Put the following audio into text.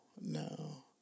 No